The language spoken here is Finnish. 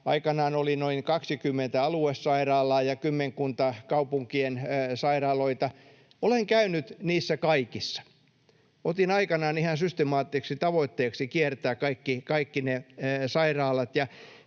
Aikanaan oli noin 20 aluesairaalaa ja kymmenkunta kaupunkien sairaaloita. Olen käynyt niissä kaikissa. Otin aikanani ihan systemaattiseksi tavoitteeksi kiertää kaikki ne sairaalat,